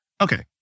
Okay